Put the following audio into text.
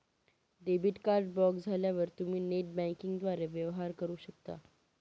debit card block झाल्यावर तुम्ही net बँकिंगद्वारे वेवहार करू शकता